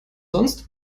sonst